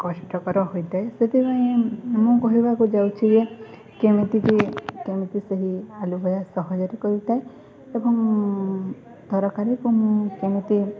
କଷ୍ଟକର ହୋଇଥାଏ ସେଥିପାଇଁ ମୁଁ କହିବାକୁ ଯାଉଛି ଯେ କେମିତି ଯେ କେମିତି ସେହି ଆଳୁ ଭଜା ସହଜରେ କରିଥାଏ ଏବଂ ତରକାରୀ ଏବଂ ମୁଁ କେମିତି